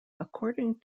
according